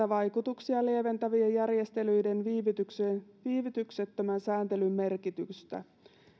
vaikutuksia lieventävien järjestelyiden viivytyksettömän viivytyksettömän sääntelyn merkitystä